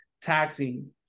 taxing